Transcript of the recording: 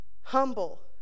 humble